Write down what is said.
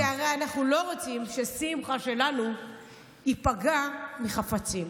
כי הרי אנחנו לא רוצים ששמחה שלנו ייפגע מחפצים.